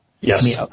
Yes